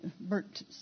Bert